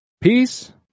peace